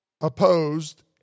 opposed